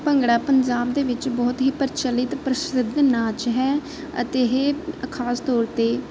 ਭੰਗੜਾ ਪੰਜਾਬ ਦੇ ਵਿੱਚ ਬਹੁਤ ਹੀ ਪ੍ਰਚਲਿਤ ਪ੍ਰਸਿੱਧ ਨਾਚ ਹੈ ਅਤੇ ਇਹ ਖਾਸ ਤੌਰ 'ਤੇ